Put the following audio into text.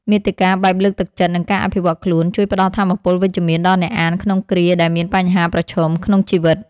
មាតិកាបែបលើកទឹកចិត្ត និងការអភិវឌ្ឍខ្លួន ជួយផ្តល់ថាមពលវិជ្ជមានដល់អ្នកអានក្នុងគ្រាដែលមានបញ្ហាប្រឈមក្នុងជីវិត។